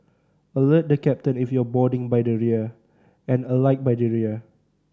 alert the captain if you're boarding by the rear and alight by the rear